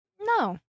No